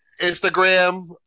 Instagram